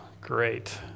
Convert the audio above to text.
great